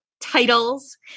titles